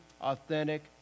authentic